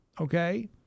okay